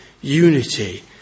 unity